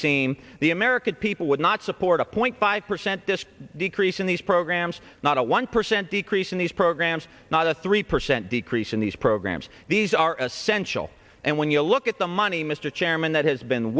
seem the american people would not support a point five percent this decrease in these programs not a one percent decrease in these programs not a three percent decrease in these programs these are essential and when you look at the money mr chairman that has been